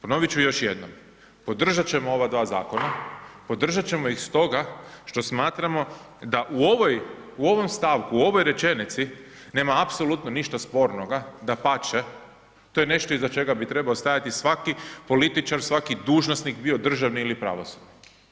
Ponovit ću još jednom, podržat ćemo ova dva zakona, podržat ćemo ih stoga što smatramo da u ovoj, ovom stavku, u ovoj rečenici nema apsolutno ništa spornoga, dapače, to je nešto iza čega bi trebao stajati svaki političar, svaki dužnosnik, bio državni ili pravosudni.